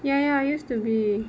ya ya I used to be